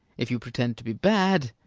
if you pretend to be bad,